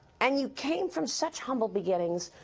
and you came from such humble beginnings.